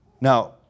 Now